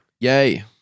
Yay